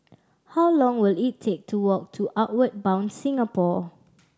how long will it take to walk to Outward Bound Singapore